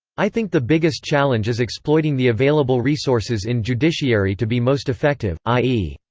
i think the biggest challenge is exploiting the available resources in judiciary to be most effective i e.